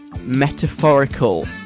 metaphorical